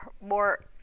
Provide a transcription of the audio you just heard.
more